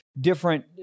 different